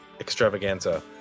extravaganza